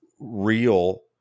real